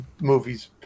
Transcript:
movies